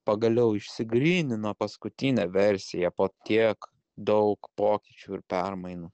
pagaliau išsigrynino paskutinė versija po tiek daug pokyčių ir permainų